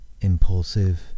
impulsive